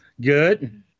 Good